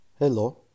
Hello